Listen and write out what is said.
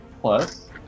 plus